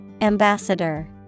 Ambassador